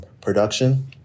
production